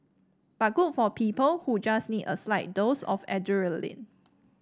but good for people who just need a slight dose of adrenaline